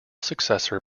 successor